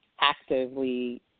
actively